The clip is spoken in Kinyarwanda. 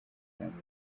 amerika